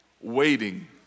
waiting